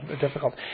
difficult